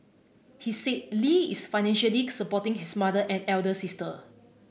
he said Lee is financially supporting his mother and elder sister